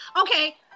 okay